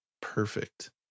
perfect